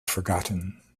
forgotten